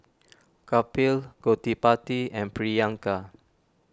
Kapil Gottipati and Priyanka